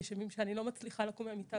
יש ימים שאני לא מצליחה לקום מהמיטה,